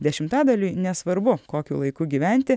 dešimtadaliui nesvarbu kokiu laiku gyventi